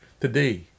Today